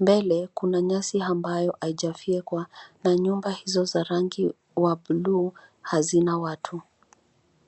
Mbele kuna nyasi ambayo haijafyekwa na nyumba hizo za rangi wa buluu hazina watu.